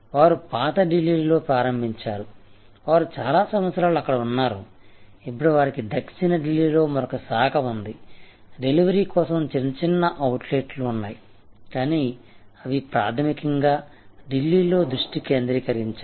వారు పాత ఢిల్లీలో ప్రారంభించారు వారు చాలా సంవత్సరాలు అక్కడ ఉన్నారు ఇప్పుడు వారికి దక్షిణ ఢిల్లీలో మరొక శాఖ ఉంది డెలివరీ కోసం కొన్ని చిన్న అవుట్లెట్లు ఉన్నాయి కానీ అవి ప్రాథమికంగా ఢిల్లీలో దృష్టి కేంద్రీకరించాయి